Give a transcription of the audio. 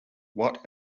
what